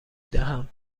دهم